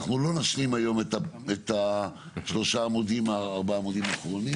אנחנו לא נשלים היום את שלושה-ארבעה העמודים האחרונים.